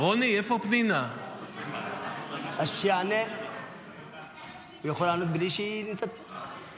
הוא יכול לענות בלי שהיא נמצאת פה?